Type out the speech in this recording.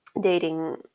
dating